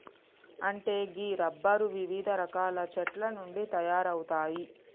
అంటే గీ రబ్బరు వివిధ రకాల చెట్ల నుండి తయారవుతాయి